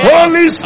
Holy